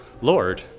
Lord